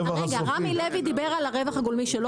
רמי לוי דיבר על הרווח הגולמי שלו,